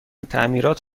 تعمیرات